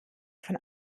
von